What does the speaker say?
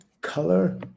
color